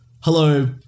hello